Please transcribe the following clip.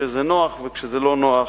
כשזה נוח, וכשזה לא נוח,